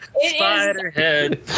Spider-Head